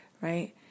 right